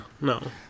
no